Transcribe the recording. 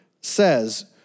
says